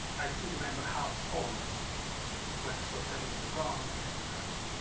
i still remember how the polls went so terribly wrong. and